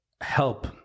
help